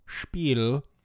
spiel